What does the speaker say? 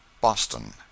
Boston